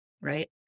right